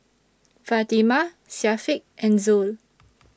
Fatimah Syafiq and Zul